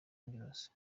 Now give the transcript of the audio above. angeles